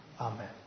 Amen